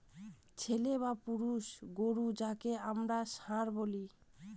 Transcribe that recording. ছেলে বা পুরুষ গোরু যাকে আমরা ষাঁড় বলি